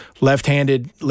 Left-handed